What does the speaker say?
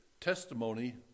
testimony